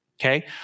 okay